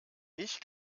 ich